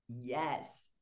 Yes